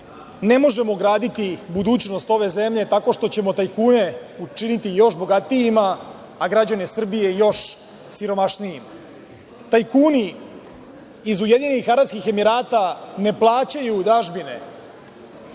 Ne možemo graditi budućnost ove zemlje, tako što ćemo tajkune učiniti još bogatijima, a građane Srbije još siromašnijima. Tajkuni iz Ujedinjenih Arapskih Emirata ne plaćaju dažbine